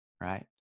right